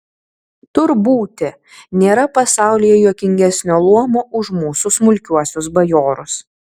tur būti nėra pasaulyje juokingesnio luomo už mūsų smulkiuosius bajorus